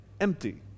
empty